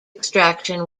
extraction